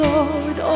Lord